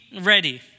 ready